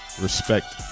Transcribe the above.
Respect